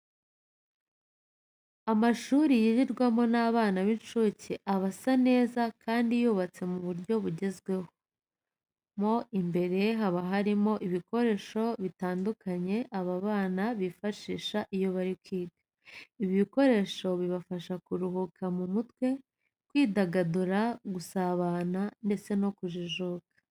Amashuri yigirwamo n'abana b'incuke aba asa neza kandi yubatswe mu buryo bugezweho. Mo imbere haba harimo ibikoresho bitandukanye aba bana bifashisha iyo bari kwiga. Ibi bikoresho bibafasha kuruhura mu mutwe, kwidagadura, gusabana ndetse no kujijuka.